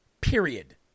Period